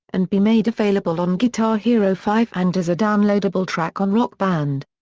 and be made available on guitar hero five and as a downloadable track on rock band.